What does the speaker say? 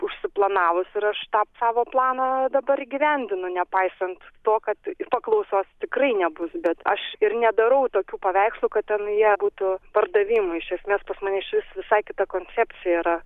užsiplanavus ir aš tą savo planą dabar įgyvendinu nepaisant to kad ir paklausos tikrai nebus bet aš ir nedarau tokių paveikslų kad ten jie būtų pardavimui iš esmės pas mane iš vis visai kita koncepcija yra